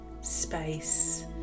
space